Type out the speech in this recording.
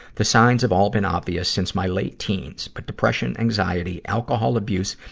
the signs have all been obvious since my late teen. but depression, anxiety, alcohol abuse,